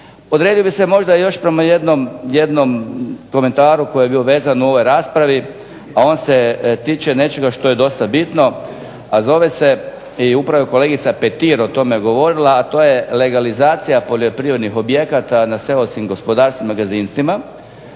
razumije./… možda još prema jednom komentaru koji je bio vezan u ovoj raspravi, a on se tiče nečega što je dosta bitno, a zove se i upravo je kolegica Petir o tome govorila, a to je legalizacija poljoprivrednih objekata na seoskim gospodarstvima